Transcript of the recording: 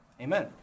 Amen